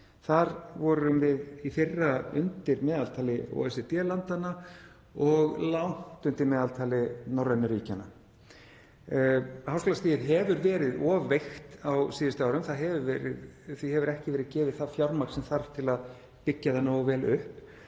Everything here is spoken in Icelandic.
Þar vorum við í fyrra undir meðaltali OECD-landanna og langt undir meðaltali norrænu ríkjanna. Háskólastigið hefur verið of veikt á síðustu árum. Því hefur ekki verið gefið það fjármagn sem þarf til að byggja það nógu vel upp.